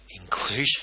inclusion